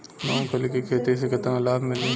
मूँगफली के खेती से केतना लाभ मिली?